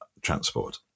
transport